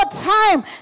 time